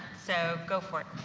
so go for it.